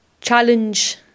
challenge